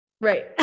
Right